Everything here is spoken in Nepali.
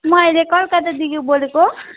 म अहिले कलकत्तादेखि बोलेको